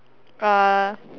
uh